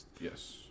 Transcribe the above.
Yes